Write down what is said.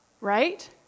right